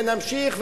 ונמשיך,